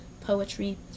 Poetry